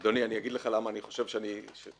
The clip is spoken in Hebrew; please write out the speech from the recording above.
אדוני, אני אגיד לך למה אני חושב שאני צודק.